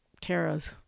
taras